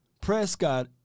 Prescott